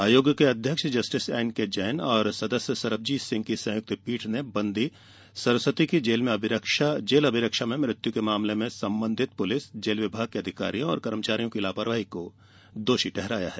आयोग के अध्यक्ष जस्टिस एनकेजैन और सदस्य सरबजीत सिंह की संयुक्त पीठ ने बंदी सरस्वती की जेल अभिरक्षा में मृत्यु के मामले में संबंधित पुलिस जेल विभाग के अधिकारियों और कर्मचारियों की लापरवाही को दोषी ठहराया है